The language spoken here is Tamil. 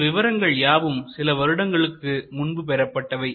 இந்த விவரங்கள் யாவும் சில வருடங்களுக்கு முன்பு பெறப்பட்டவை